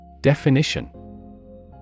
Definition